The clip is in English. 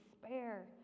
despair